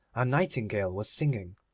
a nightingale was singing.